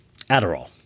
Adderall